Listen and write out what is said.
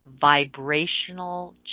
vibrational